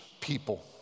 people